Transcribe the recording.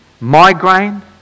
migraine